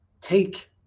take